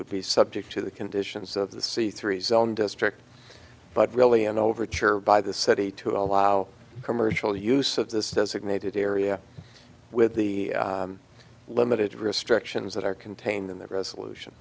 would be subject to the conditions of the c three zone district but really an overture by the city to allow commercial use of this designated area with the limited restrictions that are contained in that resolution